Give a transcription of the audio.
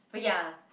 but ya